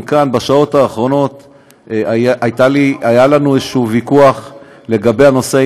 גם כאן: בשעות האחרונות היה לנו איזשהו ויכוח לגבי הנושא,